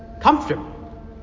comfortable